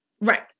Right